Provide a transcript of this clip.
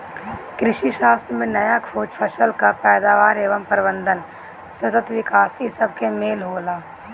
कृषिशास्त्र में नया खोज, फसल कअ पैदावार एवं प्रबंधन, सतत विकास इ सबके मेल होला